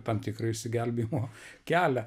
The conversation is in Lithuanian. tam tikrą išsigelbėjimo kelią